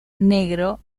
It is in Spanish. negro